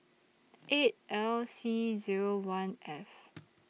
eight L C Zero one F